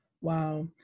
Wow